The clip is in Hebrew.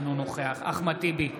אינו נוכח אחמד טיבי,